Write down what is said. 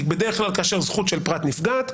בדרך כלל כאשר זכות של פרט נפגעת,